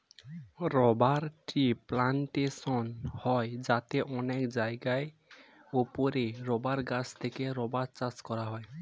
rubber tree plantation হয় যাতে অনেক জায়গার উপরে রাবার গাছ থেকে রাবার চাষ করা হয়